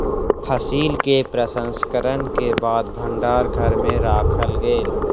फसिल के प्रसंस्करण के बाद भण्डार घर में राखल गेल